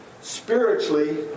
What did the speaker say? Spiritually